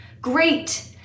great